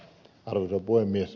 arvoisa puhemies